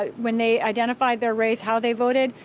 ah when they identified their race, how they voted.